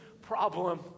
problem